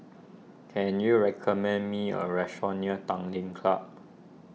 can you recommend me a restaurant near Tanglin Club